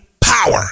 power